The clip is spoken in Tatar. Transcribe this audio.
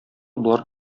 болар